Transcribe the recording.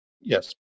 yes